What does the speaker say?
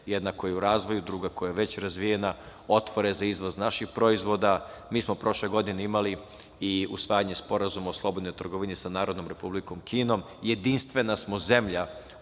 jedna koja je u razvoju, druga koja je već razvijena, otvore za izvoz naših proizvoda. Mi smo prošle godine imali i usvajanje Sporazuma o slobodnoj trgovini sa Narodnom Republikom Kinom. Jedinstvena smo zemlja